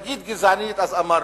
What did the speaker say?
להגיד "גזענית", אז אמרנו.